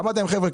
אמרתי להם חבר'ה,